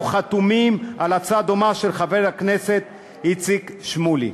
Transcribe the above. חתומים על הצעה דומה של חבר הכנסת איציק שמולי,